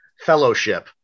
fellowship